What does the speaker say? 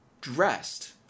dressed